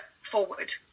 forward